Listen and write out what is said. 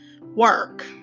Work